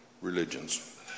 religions